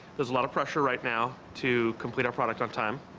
there's lot of pressure right now to complete our product on time.